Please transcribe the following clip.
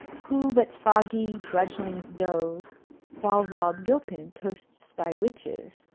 who but foggy drudglings doze while rob gilpin toasts thy witches,